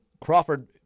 Crawford